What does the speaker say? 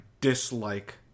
dislike